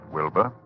Wilbur